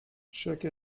chaque